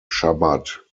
shabbat